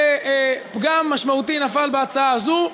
שפגם משמעותי נפל בהצעה הזו,